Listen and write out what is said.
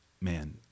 man